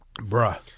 Bruh